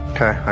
Okay